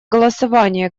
голосования